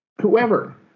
whoever